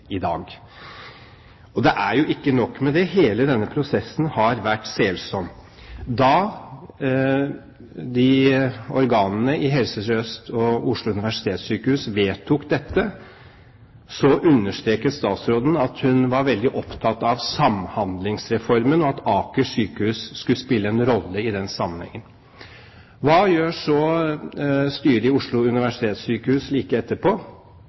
i dag. Og det er ikke nok med det. Hele denne prosessen har vært selsom. Da organene i Helse Sør-Øst og Oslo universitetssykehus vedtok dette, understreket statsråden at hun var veldig opptatt av Samhandlingsreformen, og at Aker sykehus skulle spille en rolle i den sammenheng. Hva gjør så styret i Oslo universitetssykehus like etterpå?